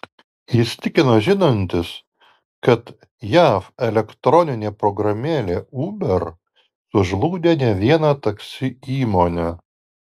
jis tikina žinantis kad jav elektroninė programėlė uber sužlugdė ne vieną taksi įmonę